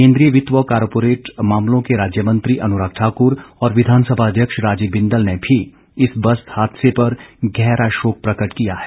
केन्द्रीय वित्त व कॉर्पोरेट मामलों के राज्य मंत्री अनुराग ठाकुर और विधानसभा अध्यक्ष राजीव बिंदल ने भी इस बस हादसे पर गहरा शोक प्रकट किया है